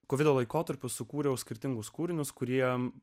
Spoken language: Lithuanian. kovido laikotarpiu sukūriau skirtingus kūrinius kurie